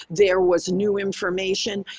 there was new information.